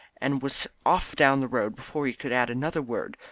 and was off down the road before he could add another word.